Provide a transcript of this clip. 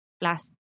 last